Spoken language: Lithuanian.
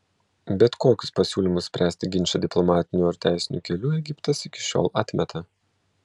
bet kokius pasiūlymus spręsti ginčą diplomatiniu ar teisiniu keliu egiptas iki šiol atmeta